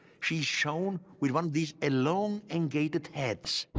she's shown with one of these elongated heads.